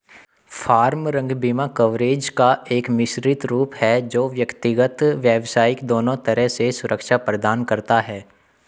farm, ranch बीमा coverage का एक मिश्रित रूप है जो व्यक्तिगत, व्यावसायिक दोनों तरह से सुरक्षा प्रदान करता है